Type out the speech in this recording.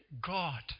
God